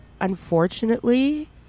unfortunately